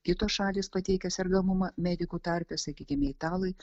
kitos šalys pateikia sergamumą medikų tarpe sakykime italai